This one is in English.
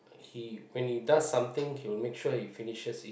he when he does something he will make sure he finishes it